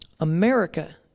America